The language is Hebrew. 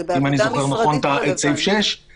אם אני זוכר נכון את סעיף 6. זה בעבודה משרדית רלוונטי.